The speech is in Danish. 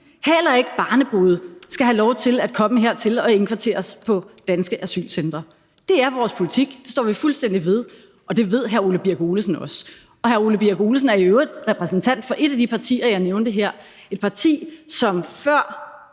heller ikke barnebrude, skal have lov til at komme hertil og indkvarteres på danske asylcentre. Det er vores politik. Det står vi fuldstændig ved, og det ved hr. Ole Birk Olesen også. Hr. Ole Birk Olesen er i øvrigt repræsentant for et af de partier, jeg nævnte her, et parti, som, før